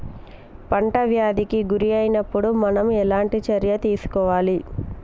పంట వ్యాధి కి గురి అయినపుడు మనం ఎలాంటి చర్య తీసుకోవాలి?